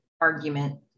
argument